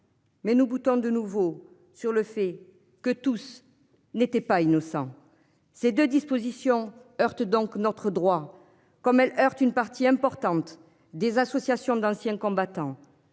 Mais nous butons de nouveau sur le fait que tous n'étaient pas innocent. Ces 2 dispositions heurte donc notre droit comme elle heurte une partie importante des associations d'anciens combattants.